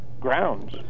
grounds